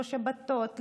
לא שבתות,